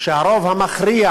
שהרוב המכריע